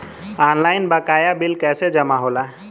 Online बकाया bill कैसे जमा होला?